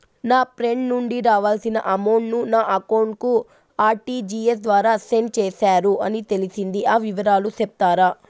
నా ఫ్రెండ్ నుండి రావాల్సిన అమౌంట్ ను నా అకౌంట్ కు ఆర్టిజియస్ ద్వారా సెండ్ చేశారు అని తెలిసింది, ఆ వివరాలు సెప్తారా?